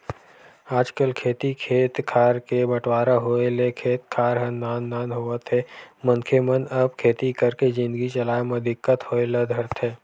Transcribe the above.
आजकल खेती खेत खार के बंटवारा होय ले खेत खार ह नान नान होवत हे मनखे मन अब खेती करके जिनगी चलाय म दिक्कत होय ल धरथे